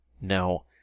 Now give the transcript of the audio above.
Now